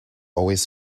always